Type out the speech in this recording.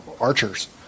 archers